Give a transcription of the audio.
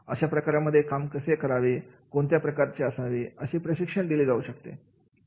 अशा प्रकारांमध्ये काम कसे करावे कोणत्या प्रकारचे असावे अशी प्रशिक्षण दिले जाऊ शकते